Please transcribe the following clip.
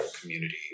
community